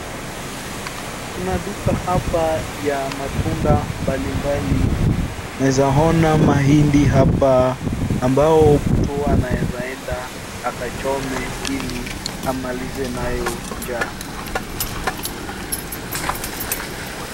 Kuna duka hapa ya matunda mbalimbali. Naeza ona mahindi hapa ambao mtu anaeza enda akachome ili amalize nayo njaa.